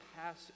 pass